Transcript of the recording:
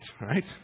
right